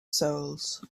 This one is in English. souls